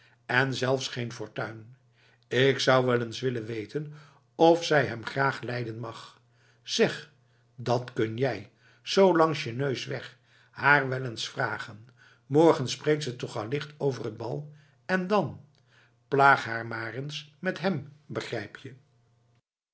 en zelf geen fortuin k zou wel eens willen weten of zij hem graag lijden mag zeg dat kun jij zoo langs je neus weg haar wel eens vragen morgen spreekt ze toch allicht over t bal en dan plaag haar maar eens met hem begrijp je